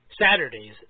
Saturdays